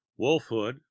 wolfhood